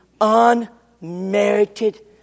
unmerited